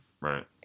Right